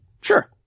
Sure